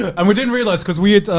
and we didn't realize, cause we had.